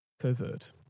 covert